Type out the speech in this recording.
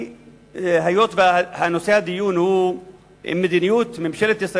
היות שנושא הדיון הוא מדיניות ממשלת ישראל